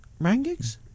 rankings